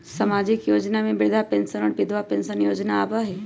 सामाजिक योजना में वृद्धा पेंसन और विधवा पेंसन योजना आबह ई?